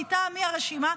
מטעם מי הרשימה,